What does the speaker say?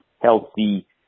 healthy